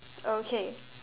okay